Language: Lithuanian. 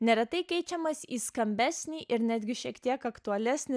neretai keičiamas į skambesnį ir netgi šiek tiek aktualesnį